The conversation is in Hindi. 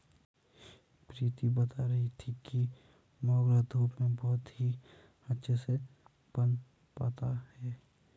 प्रीति बता रही थी कि मोगरा धूप में बहुत ही अच्छे से पनपता है